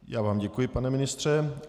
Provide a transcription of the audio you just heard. Já vám děkuji, pane ministře.